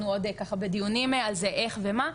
אנחנו עוד בדיונים על זה איך ומה,